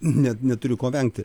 net neturiu ko vengti